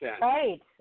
Right